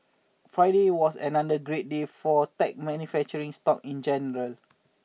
Friday was another great day for tech manufacturing stock in general